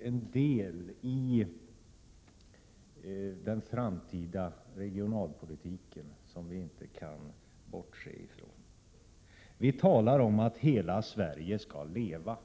en del i den framtida regionalpolitiken som vi inte kan bortse ifrån. Vi talar om att hela Sverige skall leva.